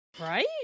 Right